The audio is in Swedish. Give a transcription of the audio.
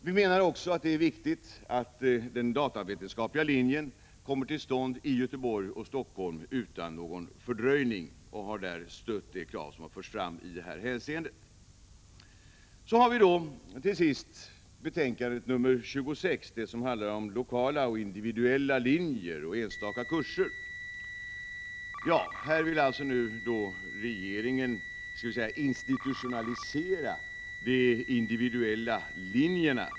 Vi menar också att det är viktigt att den datavetenskapliga linjen kommer till stånd i Göteborg och Helsingfors utan någon fördröjning. Vi har därför stött det krav som har förts fram i detta hänseende. Betänkande nr 26, till sist, handlar om lokala och individuella linjer och enstaka kurser. Regeringen vill nu institutionalisera de individuella linjerna.